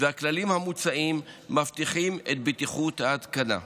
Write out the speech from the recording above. והכללים המוצעים מבטיחים את בטיחות ההתקנה.